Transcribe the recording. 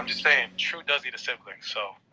i'm just saying, true does need a sibling, so.